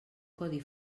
codi